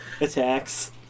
attacks